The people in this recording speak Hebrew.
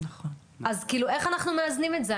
אז איך אנחנו מאזנים את זה.